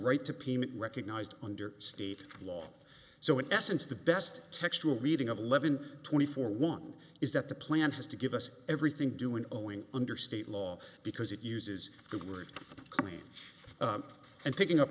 right to pima recognized under state law so in essence the best textual reading of eleven twenty four one is that the plan has to give us everything due and owing under state law because it uses the word claim and picking up